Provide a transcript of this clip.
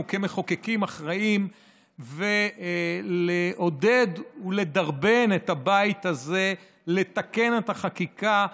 כמחוקקים אחראים ולעודד ולדרבן את הבית הזה לתקן את החקיקה,